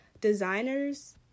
designers